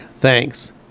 Thanks